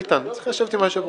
בהתאם לסעיף 10 לתקנון הכנסת.